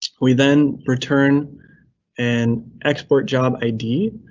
we then return an export job id.